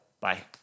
Bye